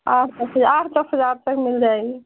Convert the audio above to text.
आप देखिए आठ दस हज़ार तक मिल जाएँगी